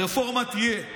הרפורמה תהיה.